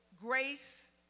grace